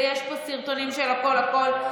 ויש פה סרטונים של הכול הכול,